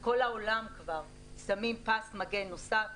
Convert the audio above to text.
בכל העולם כבר שמים פס מגן נוסף.